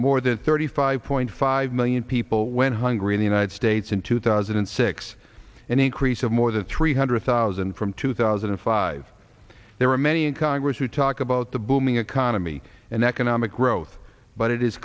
more than thirty five point five million people went hungry in the united states in two thousand and six an increase of more than three hundred thousand from two thousand and five there are many in congress who talk about the booming economy and economic growth but it is